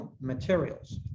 materials